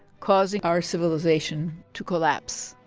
causing our civilization to collapse.